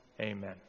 Amen